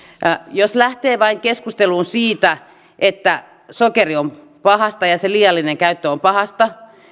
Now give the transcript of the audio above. jos lähtee vain keskusteluun siitä että sokeri on pahasta ja sen liiallinen käyttö on pahasta